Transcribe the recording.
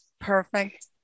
Perfect